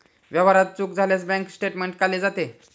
व्यवहारात चूक झाल्यास बँक स्टेटमेंट काढले जाते